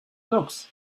looks